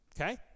Okay